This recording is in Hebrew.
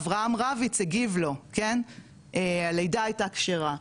אברהם רביץ הגיב לו, הלידה הייתה כשרה.